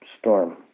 storm